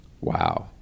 Wow